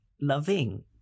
loving